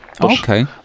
Okay